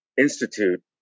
Institute